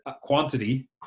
quantity